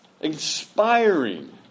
Inspiring